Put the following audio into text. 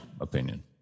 opinion